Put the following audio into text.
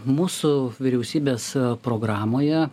mūsų vyriausybės programoje